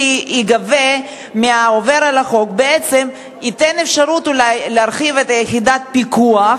על-פי רוב בית-המשפט העליון קיבל את עמדת המשטרה.